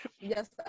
Yes